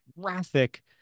graphic